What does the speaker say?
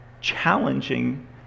challenging